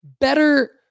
Better